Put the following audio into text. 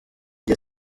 jye